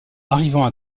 arrivant